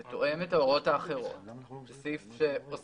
זה תואם את ההוראות האחרות וזה בסדר.